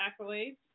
accolades